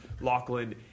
Lachlan